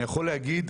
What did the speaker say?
אני יכול להגיד,